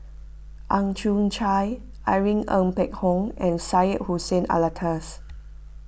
Ang Chwee Chai Irene Ng Phek Hoong and Syed Hussein Alatas